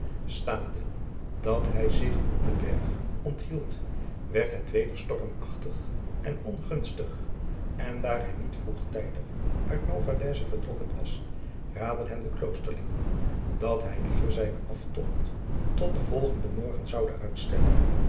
staande dat hij zich op dezen berg onthield werd het weder stormachtig en ongunstig en daar hij niet vroegtijdig uit novalaise vertrokken was raadden hem de kloosterlingen dat hij liever zijnen aftogt tot den volgenden morgen zoude uitstellen